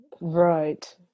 Right